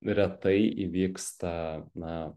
retai įvyksta na